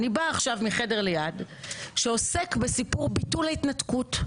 אני באה עכשיו מחדר ליד שעוסק בסיפור ביטול ההתנתקות,